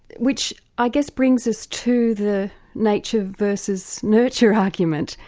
which i guess brings us to the nature versus nurture argument,